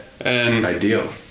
ideal